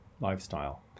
lifestyle